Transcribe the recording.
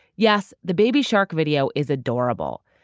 yes, the baby shark video is adorable,